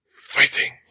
Fighting